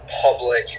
public